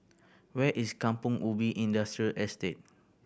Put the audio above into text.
where is Kampong Ubi Industrial Estate